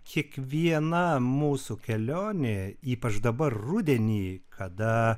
kiekviena mūsų kelionė ypač dabar rudenį kada